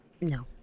No